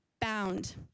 bound